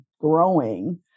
growing